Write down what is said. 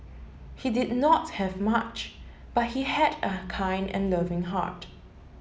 he did not have much but he had a kind and loving heart